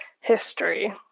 history